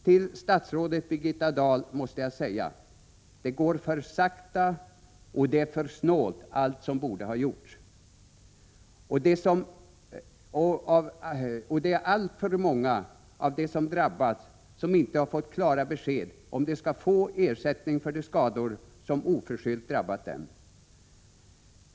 Till statsrådet Birgitta Dahl måste jag säga: Det går för sakta, med allt som bör göras, och det är för snålt. Alltför många av dem som drabbats har inte fått klara besked om de skall få ersättning för de skador som oförskyllt drabbat dem.